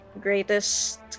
greatest